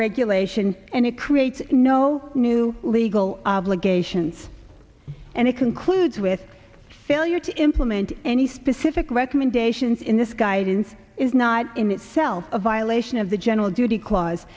regulation and it creates no new legal obligations and it concludes with failure to implement any specific recommendations in this guidance is not in itself a violation of the general duty cla